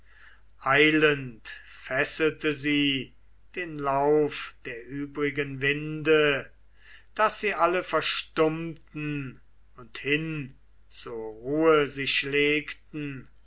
eilend fesselte sie den lauf der übrigen winde daß sie alle verstummten und hin zur ruhe sich legten